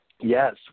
Yes